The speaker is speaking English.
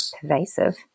pervasive